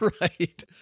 right